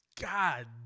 God